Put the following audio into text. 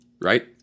right